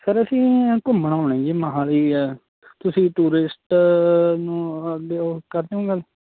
sir ਅਸੀਂ ਘੁੰਮਣ ਆਉਣਾ ਹੈ ਜੀ ਮੋਹਾਲੀ ਤੁਸੀਂ ਟੂਰਿਸਟ ਨੂੰ ਅੱਗੇ ਉਹ ਕਰ ਦੇ ਹੋ ਗੱਲ